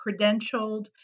credentialed